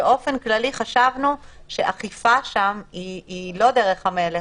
ובאופן כללי חשבנו שאכיפה שם היא לא דרך המלך.